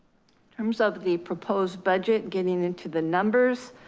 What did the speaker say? terms of the proposed budget, getting into the numbers,